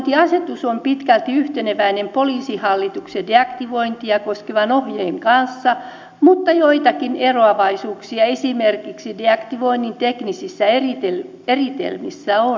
deaktivointiasetus on pitkälti yhteneväinen poliisihallituksen deaktivointia koskevan ohjeen kanssa mutta joitakin eroavaisuuksia esimerkiksi deaktivoinnin teknisissä eritelmissä on